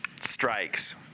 strikes